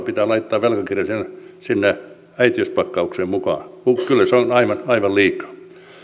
pitää laittaa sinne äitiyspakkaukseen mukaan kyllä se on aivan liikaa